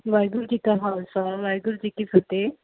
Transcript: ਵਾਹਿਗੁਰੂ ਜੀ ਕਾ ਖਾਲਸਾ ਵਾਹਿਗੁਰੂ ਜੀ ਕੀ ਫਤਹਿ